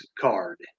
card